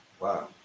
Wow